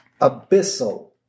abyssal